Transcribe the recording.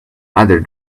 other